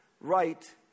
right